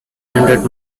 hundred